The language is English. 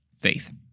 faith